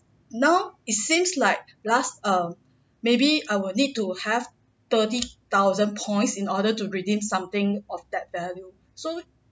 now it seems like last err maybe I would need to have thirty thousand points in order to redeem something of that value so